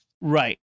Right